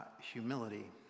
humility